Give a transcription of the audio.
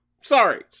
Sorry